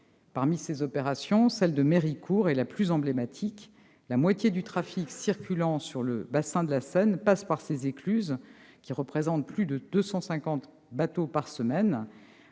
Parmi ces opérations, celle de Méricourt est la plus emblématique : la moitié du trafic circulant sur le bassin de la Seine passe par les écluses de cette ville qui accueillent plus de 250 bateaux par semaine.